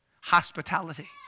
Hospitality